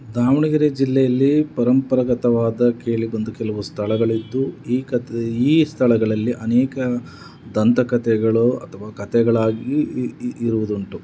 ದಾವಣಗೆರೆ ಜಿಲ್ಲೆಯಲ್ಲಿ ಪರಂಪರಾಗತವಾದ ಕೇಳಿ ಬಂದ ಕೆಲವು ಸ್ಥಳಗಳಿದ್ದು ಈ ಕತೆ ಈ ಸ್ಥಳಗಳಲ್ಲಿ ಅನೇಕ ದಂತಕತೆಗಳು ಅಥವಾ ಕತೆಗಳಾಗಿ ಇರುವುದುಂಟು